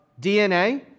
DNA